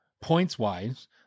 points-wise